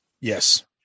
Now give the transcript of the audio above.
Yes